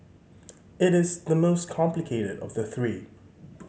it is the most complicated of the three